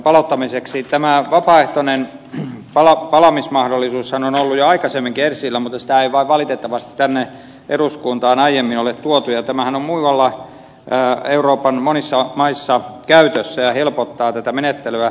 tämä vapaaehtoinen palaamismahdollisuushan on ollut jo aikaisemminkin esillä mutta sitä ei vain valitettavasti tänne eduskuntaan aiemmin ole tuotu ja tämähän on muualla euroopan monissa maissa käytössä ja helpottaa tätä menettelyä